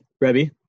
Rebbe